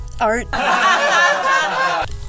art